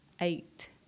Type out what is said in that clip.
eight